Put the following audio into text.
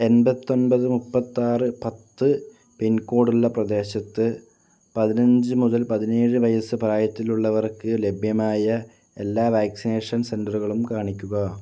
എൺപത്തൊൻപത് മുപ്പത്താറ് പത്ത് പിൻകോഡുള്ള പ്രദേശത്ത് പതിനഞ്ച് മുതൽ പതിനേഴ് വയസ്സ് പ്രായത്തിലുള്ളവർക്ക് ലഭ്യമായ എല്ലാ വാക്സിനേഷൻ സെന്ററുകളും കാണിക്കുക